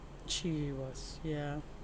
she was ya